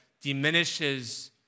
diminishes